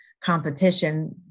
competition